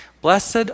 Blessed